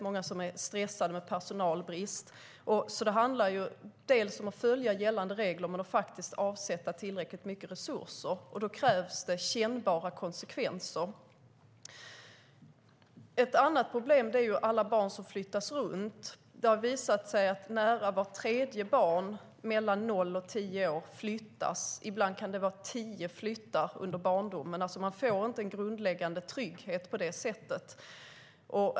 Många är stressade och har personalbrist. Det handlar om att följa gällande regler men också om att avsätta tillräckligt mycket resurser. Då krävs det kännbara konsekvenser. Ett annat problem är alla barn som flyttas runt. Det har visat sig att nära vart tredje barn mellan noll och tio år flyttas. Ibland kan det vara tio flyttar under barndomen. Man får inte en grundläggande trygghet på det sättet.